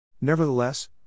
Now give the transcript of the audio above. Nevertheless